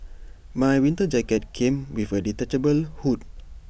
my winter jacket came with A detachable hood